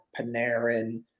Panarin